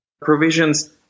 provisions